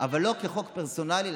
אבל לא כחוק פרסונלי,